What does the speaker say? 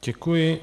Děkuji.